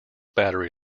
battery